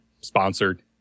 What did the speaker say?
sponsored